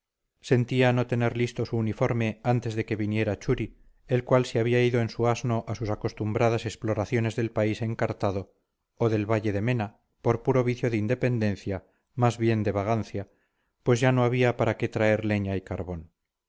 sentía no tener listo su uniforme antes de que viniera churi el cual se había ido en su asno a sus acostumbradas exploraciones del país encartado o del valle de mena por puro vicio de independencia más bien de vagancia pues ya no había para qué traer leña y carbón